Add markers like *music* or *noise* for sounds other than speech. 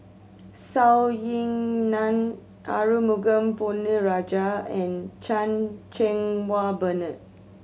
*unintelligible* Ying Nan Arumugam Ponnu Rajah and Chan Cheng Wah Bernard